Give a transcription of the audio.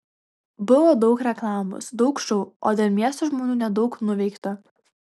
buvo daug reklamos daug šou o dėl miesto žmonių nedaug nuveikta